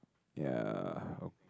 ya